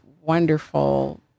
wonderful